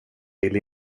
ville